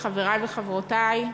חברי חברי הכנסת,